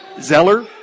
Zeller